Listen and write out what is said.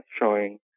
showing